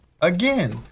again